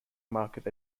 market